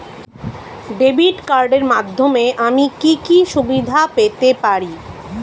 Debit কার্ডের মাধ্যমে আমি কি কি সুবিধা পেতে পারি?